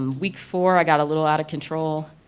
week four i got a little out of control.